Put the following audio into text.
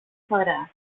φορά